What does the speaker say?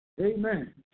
Amen